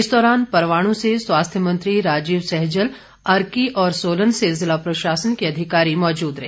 इस दौरान परवाणु से स्वास्थ्य मंत्री राजीव सैजल अर्की और सोलन से ज़िला प्रशासन के अधिकारी मौजूद रहे